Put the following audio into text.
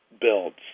builds